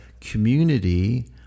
community